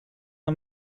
man